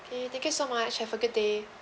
okay thank you so much have a good day